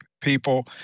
people